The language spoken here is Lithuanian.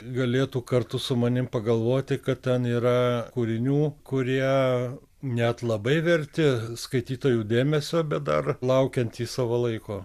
galėtų kartu su manim pagalvoti kad ten yra kūrinių kurie net labai verti skaitytojų dėmesio bet dar laukiantys savo laiko